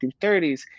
1930s